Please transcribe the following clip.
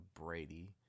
Brady